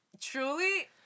truly